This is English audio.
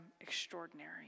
extraordinary